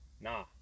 Nah